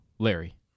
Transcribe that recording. larry